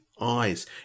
eyes